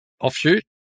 offshoot